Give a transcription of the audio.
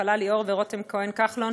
נחלה ליאור ורותם כהן כחלון,